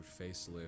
facelift